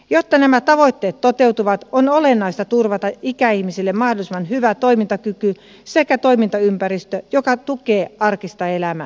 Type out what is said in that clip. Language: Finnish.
jotta nämä tavoitteet toteutuvat on olennaista turvata ikäihmisille mahdollisimman hyvä toimintakyky sekä toimintaympäristö joka tukee arkista elämää